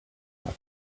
not